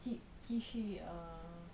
继继续 err